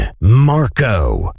Marco